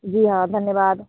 जी हाँ धन्यवाद